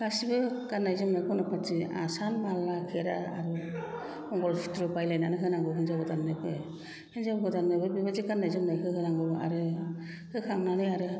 गासैबो गान्नाय जोमनाय सना फाथि आसान माला खेरा मंगल सुथ्र बायलायनानै होनांगौ होन्जाव गोदाननोबो हिनजाव गोदाननोबो बेबायदि गान्नाय जोमनाय होहोनांगौ आरो होखांनानै आरो